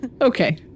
Okay